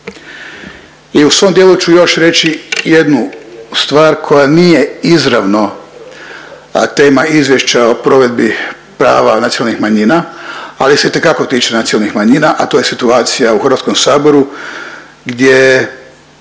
I u svom dijelu ću još reći jednu stvar koja nije izravno, a tema Izvješća o provedbi prava nacionalnih manjina ali se itekako tiče nacionalnih manjina, a to je situacija u Hrvatskom saboru gdje